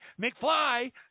McFly